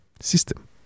system